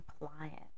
compliant